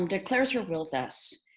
um declares her will thus.